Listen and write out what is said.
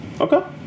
Okay